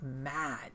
mad